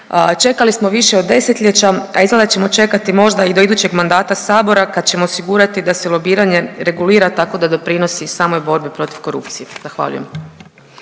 Čekali smo više od desetljeća, a izgleda da ćemo čekati možda i do idućeg mandata Sabora kad ćemo osigurati da se lobiranje regulira tako da doprinosi i samoj borbi protiv korupcije. Zahvaljujem.